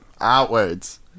outwards